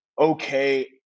okay